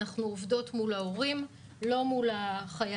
אנחנו עובדות מול ההורים, לא מול החיילים,